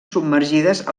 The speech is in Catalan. submergides